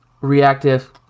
reactive